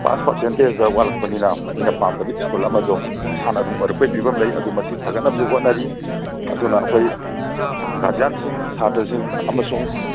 pass ꯄꯥꯔꯁꯦꯟꯇꯦꯟꯁꯇ ꯋꯥꯠꯂꯛꯄꯅꯤꯅ ꯃꯤꯅ ꯄꯥꯝꯗꯕ ꯁ꯭ꯀꯨꯜ ꯑꯃꯗꯣ ꯃꯁꯥꯅ ꯑꯗꯨꯝ ꯑꯣꯏꯔꯛꯄꯩ ꯐꯤꯕꯝ ꯂꯩ ꯑꯗꯨ ꯃꯁꯤ ꯐꯒꯠꯅꯕꯁꯨ ꯍꯣꯠꯅꯔꯤ ꯑꯗꯨꯅ ꯑꯩꯈꯣꯏ ꯒꯥꯔꯖꯤꯌꯥꯟꯁꯤꯡ ꯁꯥꯠꯇ꯭ꯔꯁꯤꯡ ꯑꯃꯁꯨꯡ